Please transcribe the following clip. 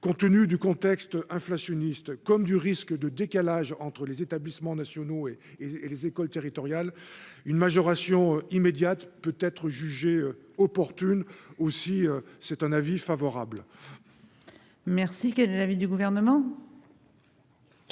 compte tenu du contexte inflationniste comme du risque de décalage entre les établissements nationaux et et et les écoles territoriale une majoration immédiate peut être jugée opportune aussi c'est un avis favorable. Merci que de l'avis du gouvernement.